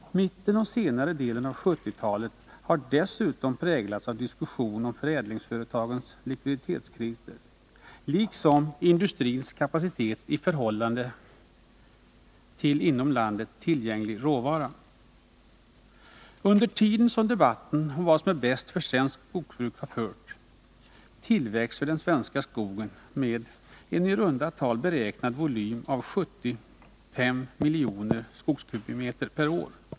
Mitten och senare delen av 1970-talet har dessutom präglats av diskussioner om förädlingsföretagens likviditetskriser liksom om industrins kapacitet i förhållande till inom landet tillgänglig råvara. Under tiden som debatten om vad som är bäst för svenskt skogsbruk har förts, tillväxer den svenska skogen med en i runda tal beräknad volym av 75 miljoner skogskubikmeter per år.